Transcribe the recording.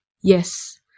yes